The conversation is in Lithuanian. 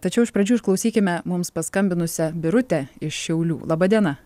tačiau iš pradžių išklausykime mums paskambinusę birutė iš šiaulių laba diena